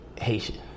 Haitian